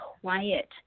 quiet